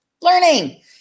learning